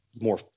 more